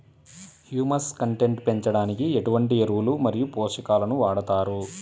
Humus content పెంచడానికి ఎటువంటి ఎరువులు మరియు పోషకాలను వాడతారు?